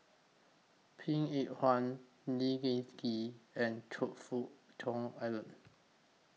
Png Eng Huat Lee Seng Gee and Choe Fook Cheong Alan